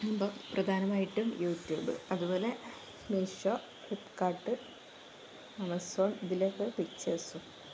ഇപ്പോള് പ്രധാനമായിട്ടും YouTube അതുപോലെ മീഷോ ഫ്ലിപ്പ്കാർട്ട് ആമസോൺ ഇതിലൊക്കെ പിക്ച്ചേഴ്സും